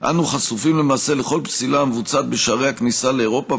אנו חשופים למעשה לכל פסילה בשערי הכניסה לאירופה,